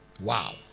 Wow